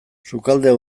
sukaldea